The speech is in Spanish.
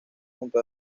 junto